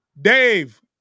Dave